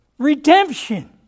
Redemption